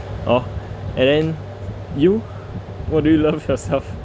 orh and then you what do you love yourself